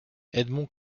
edmond